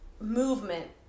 movement